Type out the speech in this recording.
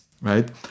right